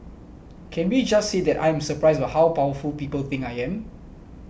can we just say that I am surprised how powerful people think I am